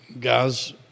guys –